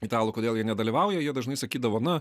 italų kodėl jie nedalyvauja jie dažnai sakydavo na